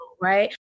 right